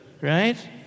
right